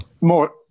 More